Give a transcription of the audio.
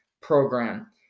program